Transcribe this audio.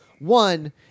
One